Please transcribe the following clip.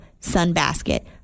Sunbasket